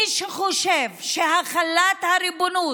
מי שחושב שהחלת הריבונות,